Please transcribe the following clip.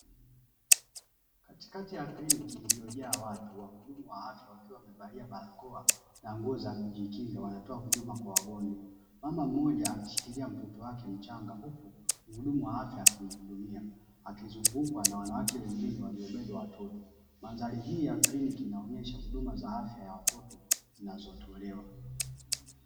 Katikati ya kliniki iliyojaa watu, wahudumu wa afya wakiwa wamevalia barakoa na nguo za kujikinga wanatoa huduma kwa wagonjwa. Mama mmoja akishikilia mtoto wake mchanga huku muhudumu wa afya akimuhudumia akizungukwa na wanawake wengine waliobeba watoto. Mandhari hii ya kliniki inaonyesha huduma za afya ya watoto zinazotolewa.